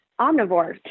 omnivores